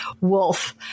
wolf